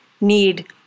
need